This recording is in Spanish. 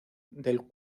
del